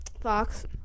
Fox